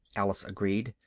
alice agreed.